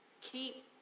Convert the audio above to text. keep